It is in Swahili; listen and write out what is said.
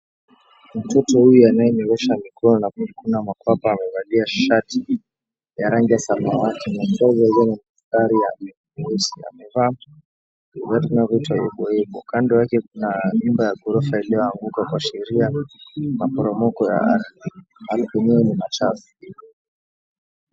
Mtoto huyu anayenyorosha mikono na kujikuna makwapa amevalia shati ya rangi ya samawati na ndogo iliyo ya mistari ya nyuesi amevaa viatu vinayootwa eboebo kando yake kuna nyumba ya ghorofa iliyoanguka kuashiria maporomoko ya ardhi, ardhi yenyewe ni machafu.